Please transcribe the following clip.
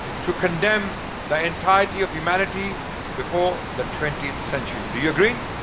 to condemn the entirety of humanity before the twentieth century. do you agree?